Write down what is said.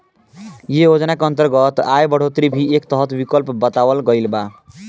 ऐ योजना के अंतर्गत आय बढ़ोतरी भी एक तरह विकल्प बतावल गईल बा